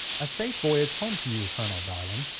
a safe voyage home to you, colonel, darling,